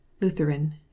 Lutheran